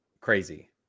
crazy